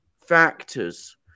factors